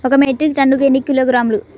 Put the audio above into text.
ఒక మెట్రిక్ టన్నుకు ఎన్ని కిలోగ్రాములు?